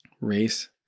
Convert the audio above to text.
race